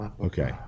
Okay